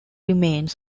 remains